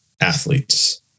athletes